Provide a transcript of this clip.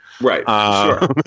Right